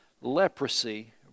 leprosy